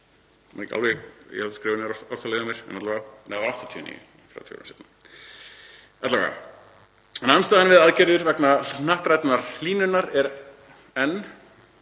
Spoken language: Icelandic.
en andstaðan við aðgerðir vegna hnattrænnar hlýnunar er